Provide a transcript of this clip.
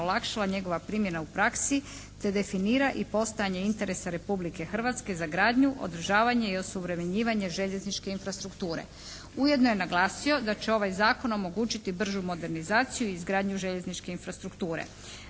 olakšala njegova primjena u praksi te definira i postojanje interesa Republike Hrvatske za gradnju, održavanje i osuvremenjivanje željezničke infrastrukture. Ujedno je naglasio da će ovaj zakon omogućiti bržu modernizaciju i izgradnju željezničke infrastrukture.